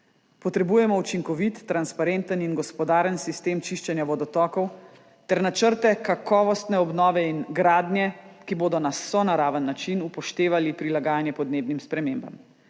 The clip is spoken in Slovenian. Potrebujemo učinkovit, transparenten in gospodaren sistem čiščenja vodotokov ter načrte kakovostne obnove in gradnje, ki bodo na sonaraven način upoštevali prilagajanje podnebnim spremembam.